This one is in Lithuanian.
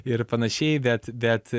ir panašiai bet bet